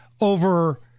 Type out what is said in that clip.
over